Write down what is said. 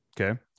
okay